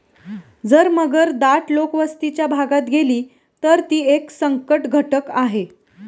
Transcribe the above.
जर मगर दाट लोकवस्तीच्या भागात गेली, तर ती एक संकटघटक आहे